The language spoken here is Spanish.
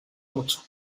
mucho